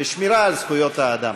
ושמירה על זכויות האדם.